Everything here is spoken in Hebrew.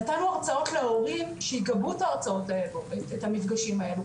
נתנו הרצאות להורים שיגבו את המפגשים האלו,